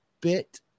bit